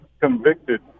convicted